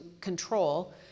control